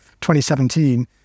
2017